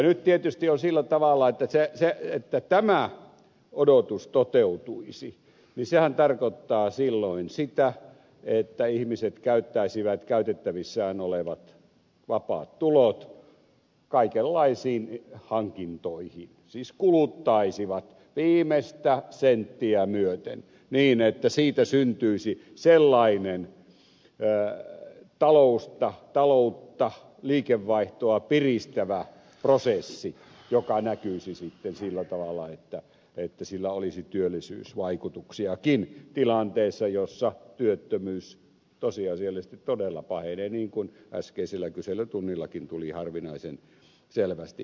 nyt tietysti on sillä tavalla että se että tämä odotus toteutuisi tarkoittaisi silloin sitä että ihmiset käyttäisivät käytettävissään olevat vapaat tulot kaikenlaisiin hankintoihin siis kuluttaisivat viimeistä senttiä myöten niin että siitä syntyisi sellainen taloutta liikevaihtoa piristävä prosessi joka näkyisi sitten sillä tavalla että sillä olisi työllisyysvaikutuksiakin tilanteessa jossa työttömyys tosiasiallisesti todella pahenee niin kuin äskeisellä kyselytunnillakin tuli harvinaisen selvästi esille